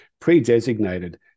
pre-designated